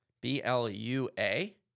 B-L-U-A